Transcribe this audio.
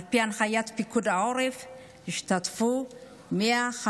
על פי הנחיית פיקוד העורף השתתפו 150